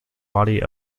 body